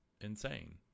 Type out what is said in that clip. insane